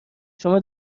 شما